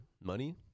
Money